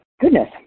Goodness